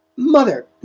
mother?